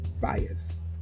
bias